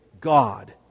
God